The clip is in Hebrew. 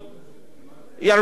ירוויחו 20 שקלים,